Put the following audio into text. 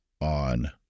on